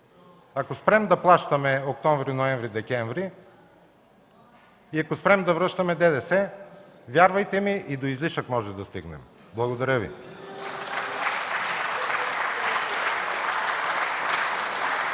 Ако спрем да плащаме октомври, ноември и декември, и ако спрем да връщаме ДДС, вярвайте ми, и до излишък може да стигнем. Благодаря Ви.